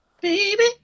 Baby